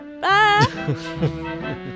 Bye